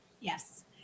Yes